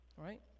right